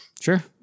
Sure